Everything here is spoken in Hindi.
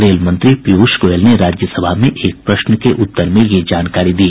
रेल मंत्री पीयूष गोयल ने राज्यसभा में एक प्रश्न के उत्तर में ये जानकारी दी